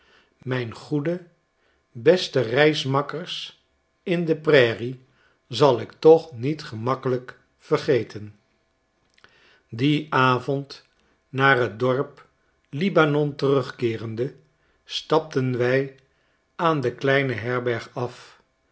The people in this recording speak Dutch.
mijn goede beste reismakkers in de prairie zal ik toch niet gemakkelijk vergeten dien avond naar t dorp l i b a no n terugkeerende stapten wij aan de kleine herberg af